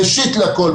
ראשית לכל,